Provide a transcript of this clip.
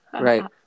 right